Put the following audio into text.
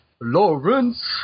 Lawrence